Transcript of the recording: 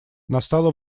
настало